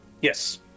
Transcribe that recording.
Yes